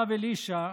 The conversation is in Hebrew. הרב אלישע,